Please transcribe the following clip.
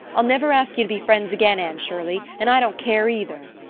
i'll never ask you to be friends again, anne shirley. and i don't care either!